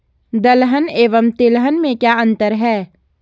दलहन एवं तिलहन में क्या अंतर है?